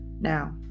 Now